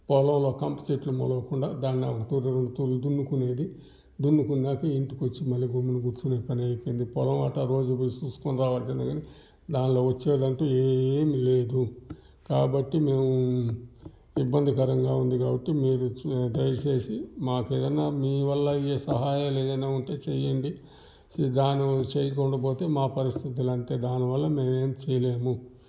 పొలంలో కంప చెట్లు మొలవకుండా దాన్ని రెండు తూర్లు మూడు తూర్లు దున్నుకునేది దున్నుకున్నాక ఇంటికి వచ్చి మళ్ళీ గమ్మునే కూర్చునే పనైపోయింది పొలం అట్ల రోజు పోయి చూసుకొని రావాలంసింది కానీ దాంట్లో వచ్చేదంటు ఏమీ లేదు కాబట్టి మేము ఇబ్బందికరంగా ఉంది కాబట్టి మీరు దయచేసి మాకు ఏదన్నా మీ వల్ల అయ్యే సహాయాలు ఏదైనా ఉంటే చేయండి దాన్ని చేయకుండా పోతే మా పరిస్థితులు అంతే దానివల్ల మేము ఏమి చేయలేము